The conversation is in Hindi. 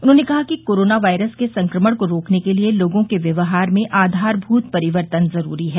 उन्होंने कहा कि कोरोना वायरस के संक्रमण को रोकने के लिये लोगों के व्यवहार में आधारभूत परिवर्तन जरूरी है